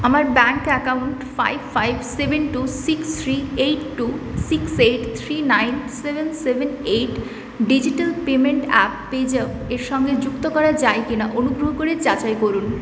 আমার bank account five five seven two six three eight two six eight three nine seven seven eight digital payment app PayZapp এর সঙ্গে যুক্ত করা যায় কি না অনুগ্রহ করে যাচাই করুন